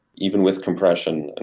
even with compression. and